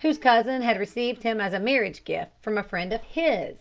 whose cousin had received him as a marriage gift from a friend of his